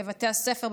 בבתי הספר,